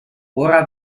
ora